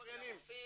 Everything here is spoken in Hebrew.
מגיעים לרופאים,